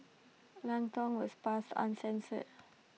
Lang Tong was passed uncensored